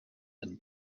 and